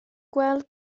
gweld